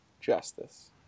justice